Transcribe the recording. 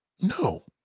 No